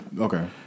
Okay